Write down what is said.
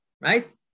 right